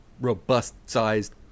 robust-sized